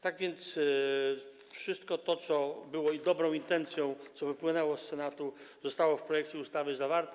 Tak więc wszystko to, co było dobrą intencją, co wypłynęło z Senatu, zostało w projekcie ustawy zawarte.